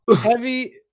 heavy